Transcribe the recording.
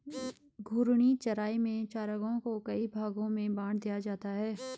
घूर्णी चराई में चरागाहों को कई भागो में बाँट दिया जाता है